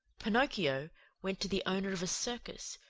pinocchio went to the owner of a circus,